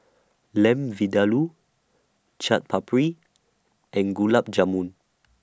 Lamb Vindaloo Chaat Papri and Gulab Jamun